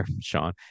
Sean